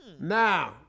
Now